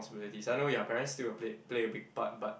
~sibilities I know ya parents still got play play a big part but